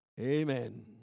Amen